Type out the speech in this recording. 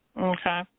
Okay